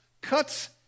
cuts